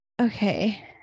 Okay